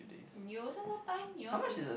you also no time you want to